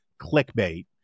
clickbait